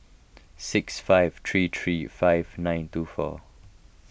six five three three five nine two four